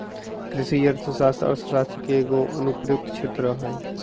कृषि अर्थशास्त्र अर्थशास्त्र के एगो अनुप्रयुक्त क्षेत्र हइ